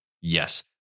Yes